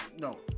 no